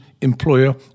employer